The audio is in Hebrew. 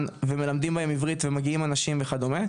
ומלמדים בהם עברית ומגיעים אנשים וכדומה,